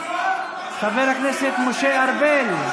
חבר הכנסת משה ארבל.